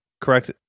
correct